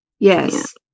Yes